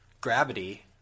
Gravity